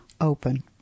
open